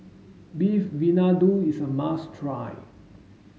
Beef Vindaloo is a must try